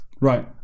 right